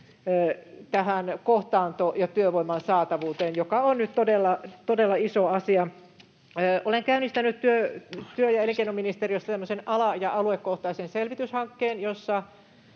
— kohtaantoon ja työvoiman saatavuuteen, joka on nyt todella iso asia. Olen käynnistänyt työ- ja elinkeinoministeriössä ala- ja aluekohtaisen selvityshankkeen, jossa